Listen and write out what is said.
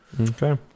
Okay